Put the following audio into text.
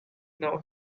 now